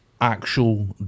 actual